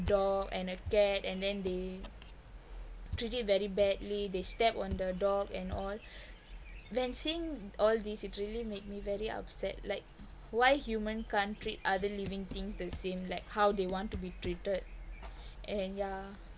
dog and a cat and then they treat it very badly they step on the dog and all when seeing all these it really made me very upset like why human can't treat other living things the same like how they want to be treated and ya